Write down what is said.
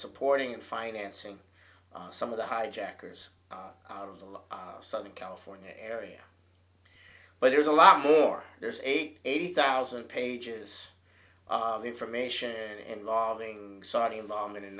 supporting him financing some of the hijackers out of the southern california area but there's a lot more there's eight eighty thousand pages of information and loving saudi involvement in